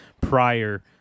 prior